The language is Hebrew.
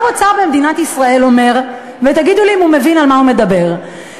היא לא מדברת.